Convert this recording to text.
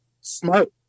smart